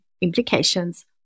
implications